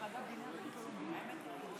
לחגיגה שם אתה אחראי.